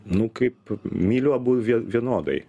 nu kaip myliu abu vie vienodai